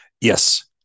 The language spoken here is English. Yes